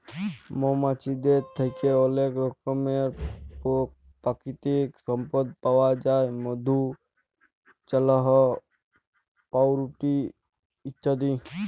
মমাছিদের থ্যাকে অলেক রকমের পাকিতিক সম্পদ পাউয়া যায় মধু, চাল্লাহ, পাউরুটি ইত্যাদি